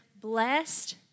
blessed